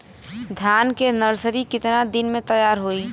धान के नर्सरी कितना दिन में तैयार होई?